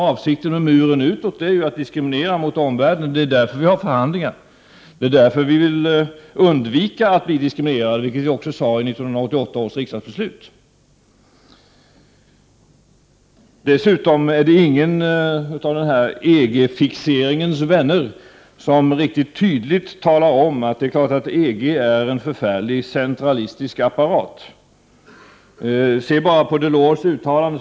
Avsikten med muren utåt är att diskriminera omvärlden. Det är därför vi har förhandlingar. Det är därför vi vill undvika att bli diskriminerade, vilket vi också sade i 1988 års riksdagsbeslut. Dessutom talar inte någon av EG-fixeringens vänner riktigt tydligt om att EG är en förfärligt centralistisk apparat. Lägg märke till Delors uttalanden!